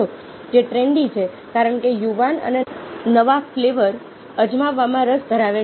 જે ટ્રેન્ડી છે કારણ કે યુવાન અને નવા ફ્લેવર અજમાવવામાં રસ ધરાવે છે